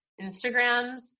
Instagrams